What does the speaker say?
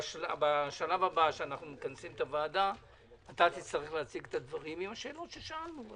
בשלב הבא שנכנס את הוועדה תצטרך להציג את הדברים עם השאלות ששאלנו,